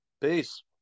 Peace